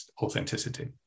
authenticity